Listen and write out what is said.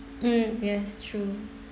mm yes true